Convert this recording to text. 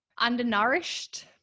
undernourished